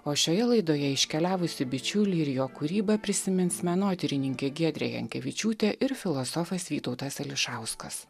o šioje laidoje iškeliavusį bičiulį ir jo kūrybą prisimins menotyrininkė giedrė jankevičiūtė ir filosofas vytautas ališauskas